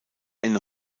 eine